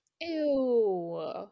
Ew